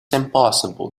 impossible